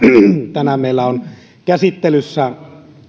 tänään meillä on käsittelyssä